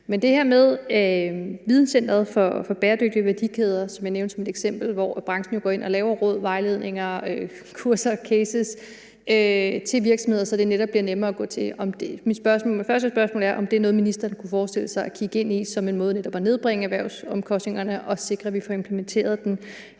være det her med videncenteret for bæredygtige værdikæder, som jeg nævnte som eksempel, hvor branchen jo går ind og giver råd og laver vejledninger, kurser og cases til virksomheder, så det netop bliver nemmere at gå til det. Mit første spørgsmål er, om det er noget, ministeren kunne forestille sig at kigge ind i som en måde at nedbringe erhversomkostningerne på og sikre, at vi får implementeret den